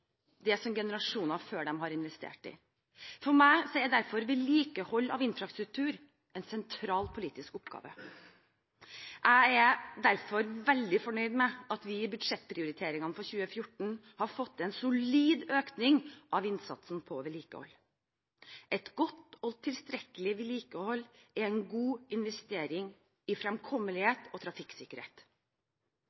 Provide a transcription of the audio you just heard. det som generasjoner før dem har investert i. For meg er derfor vedlikehold av infrastruktur en sentral politisk oppgave. Jeg er derfor veldig fornøyd med at vi i budsjettprioriteringene for 2014 har fått til en solid økning av innsatsen på vedlikehold. Et godt og tilstrekkelig vedlikehold er en god investering i